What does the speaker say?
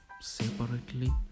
separately